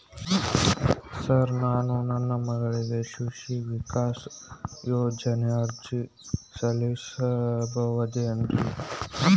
Sir ನಾನು ನನ್ನ ಮಗಳಿಗೆ ಶಿಶು ವಿಕಾಸ್ ಯೋಜನೆಗೆ ಅರ್ಜಿ ಸಲ್ಲಿಸಬಹುದೇನ್ರಿ?